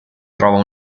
trova